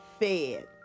fed